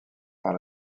par